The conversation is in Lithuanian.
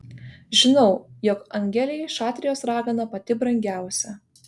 žinau jog angelei šatrijos ragana pati brangiausia